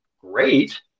great